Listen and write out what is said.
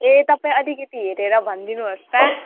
ए तपाईँ अलिकति हेरेर भनिदिनुहोस् त